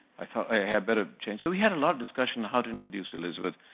i thought i had better change. so we had a lot of discussion on how to introduce elizabeth,